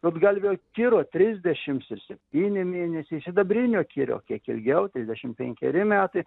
rudgalvio kiro trisdešims ir septyni mėnesiai sidabrinio kiro kiek ilgiau trisdešimt penkeri metai